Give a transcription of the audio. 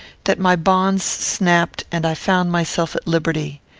that my bonds snapped and i found myself at liberty.